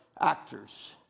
actors